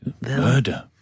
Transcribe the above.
Murder